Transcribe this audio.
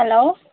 hello